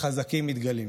החזקים מתגלים.